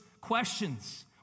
questions